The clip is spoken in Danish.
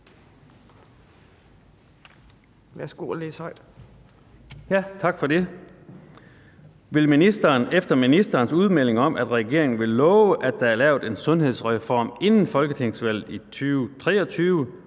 Per Larsen (KF): Tak for det. Vil ministeren efter ministerens udmelding om, at regeringen vil love, at der er lavet en sundhedsreform inden folketingsvalget i 2023,